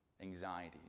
anxiety